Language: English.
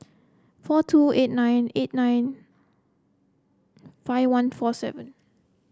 four two eight nine eight nine five one four seven